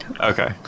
Okay